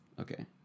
Okay